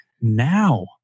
Now